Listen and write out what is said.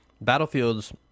Battlefield's